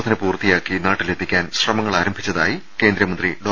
ധന പൂർത്തിയാക്കി നാട്ടിലെത്തിക്കാൻ ശ്രമങ്ങൾ ആരംഭിച്ചതായി കേന്ദ്ര മന്ത്രി ഡോ